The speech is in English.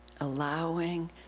allowing